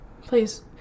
Please